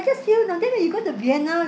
I just feel ah then when you go to vienna